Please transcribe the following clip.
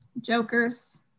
Jokers